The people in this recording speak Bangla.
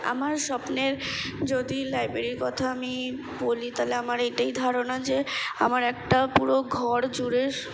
আমার স্বপ্নের যদি লাইব্রেরির কথা আমি বলি তাহলে আমার এইটাই ধারণা যে আমার একটা পুরো ঘর জুড়ে